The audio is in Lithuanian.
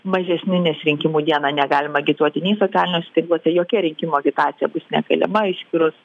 mažesni nes rinkimų dieną negalima agituoti nei socialiniuose tinkluose jokia rinkimų agitacija bus negalima išskyrus